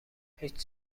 هیچ